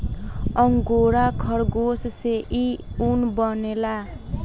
angora खरगोश से इ ऊन बनेला